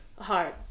Hard